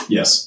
Yes